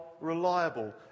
reliable